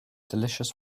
delicious